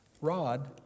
Rod